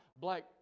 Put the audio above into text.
black